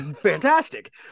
fantastic